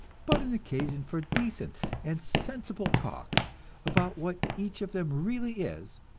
but an occasion for decent and sensible talk about what each of them really is,